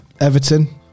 everton